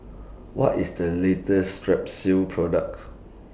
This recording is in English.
What IS The latest Strepsils products